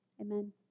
Amen